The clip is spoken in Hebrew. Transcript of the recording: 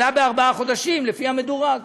עלה בארבעה חודשים, לפי המדורג,